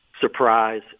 surprise